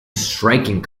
striking